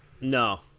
no